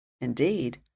Indeed